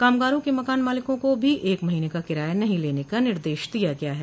कामगारों के मकान मालिकों को भी एक महीने का किराया नहीं लेने का निर्देश दिया गया है